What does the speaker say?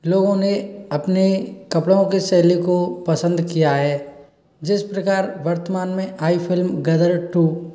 लोगों ने अपने कपड़ों की शैली को पसंद किया है जिस प्रकार वर्तमान में आई फिल्म गदर टू